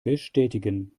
bestätigen